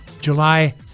July